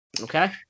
Okay